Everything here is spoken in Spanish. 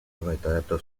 retrato